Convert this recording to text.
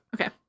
Okay